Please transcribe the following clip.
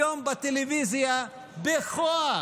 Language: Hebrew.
היום בטלוויזיה בכוח,